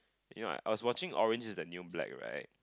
you know what I was watching orange is the new black right